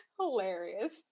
Hilarious